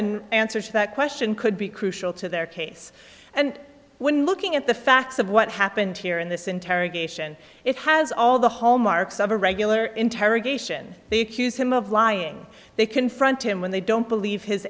in answer to that question could be crucial to their case and when looking at the facts of what happened here in this interrogation it has all the hallmarks of a regular interrogation they accuse him of lying they confront him when they don't believe his